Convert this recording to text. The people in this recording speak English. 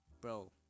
Bro